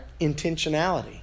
intentionality